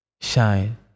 shine